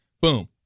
Boom